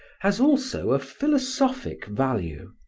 has also a philosophic value,